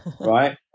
right